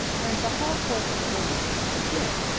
and the hall porter told me that you were here,